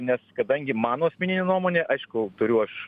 nes kadangi mano asmeninė nuomonė aišku turiu aš